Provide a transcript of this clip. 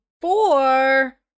Four